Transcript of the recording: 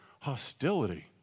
hostility